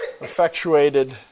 effectuated